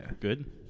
Good